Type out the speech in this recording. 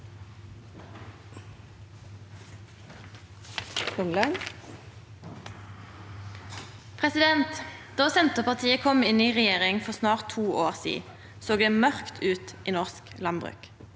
Då Sen- terpartiet kom inn i regjering for snart to år sidan, såg det mørkt ut i norsk landbruk.